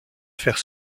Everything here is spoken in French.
faire